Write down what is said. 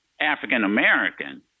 African-American